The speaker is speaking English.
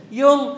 yung